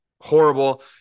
horrible